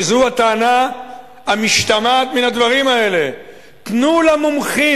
מפני שזו הטענה המשתמעת מן הדברים האלה: תנו למומחים,